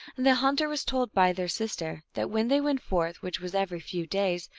and the hunter was told by their sister that when they went forth, which was every few days,